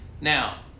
Now